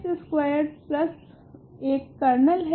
तो x squared 1 kernel है